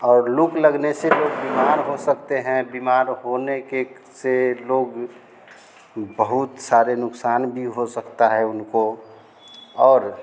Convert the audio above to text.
और लू लगने से लोग बीमार होने के से लोग बहुत सारे नुक़सान भी हो सकता है उनको और